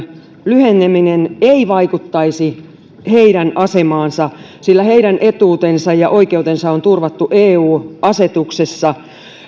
lyheneminen ei vaikuttaisi heidän asemaansa sillä heidän etuutensa ja oikeutensa on turvattu eu asetuksessa